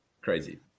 crazy